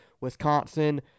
wisconsin